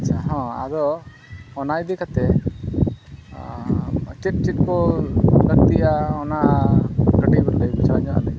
ᱦᱮᱸ ᱟᱫᱚ ᱚᱱᱟ ᱤᱫᱤ ᱠᱟᱛᱮᱫ ᱪᱮᱫ ᱪᱮᱫ ᱠᱚ ᱞᱟᱹᱠᱛᱤᱜᱼᱟ ᱚᱱᱟ ᱠᱟᱹᱴᱤᱡ ᱮᱢ ᱞᱟᱹᱭ ᱵᱩᱡᱷᱟᱹᱣᱤᱧᱟ